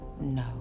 No